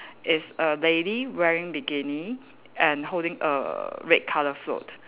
is a lady wearing bikini and holding a red colour float